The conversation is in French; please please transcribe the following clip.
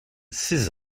six